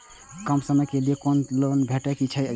कम समय के लीये कोनो लोन भेटतै की जे जल्दी खत्म भे जे?